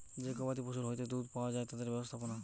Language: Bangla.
যে গবাদি পশুর হইতে দুধ পাওয়া যায় তাদের ব্যবস্থাপনা